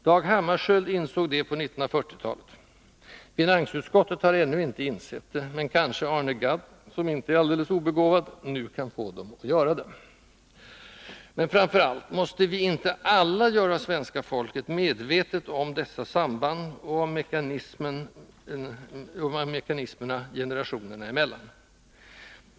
Dag Hammarskjöld insåg detta på 1940-talet. Finansutskottet har ännu inte insett det. Kanske Arne Gadd, som onekligen inte är alldeles obegåvad, nu kan få utskottet att göra det. Men framför allt: måste vi inte alla göra svenska folket medvetet om dessa samband och mekanismer generationerna emellan?